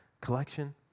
collection